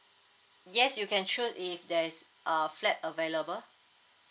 yes you can choose if there is uh flat available